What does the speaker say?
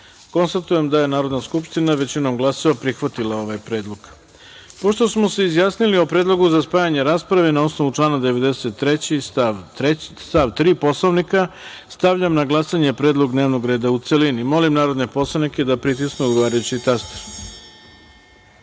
osam. Konstatujem da je Narodna skupština većinom glasova prihvatila ovaj predlog. Pošto smo se izjasnili o predlogu za spajanje rasprave, na osnovu člana 93. stav 3. Poslovnika, stavljam na glasanje predlog dnevnog reda u celini. Molim narodne poslanike da pritisnu odgovarajući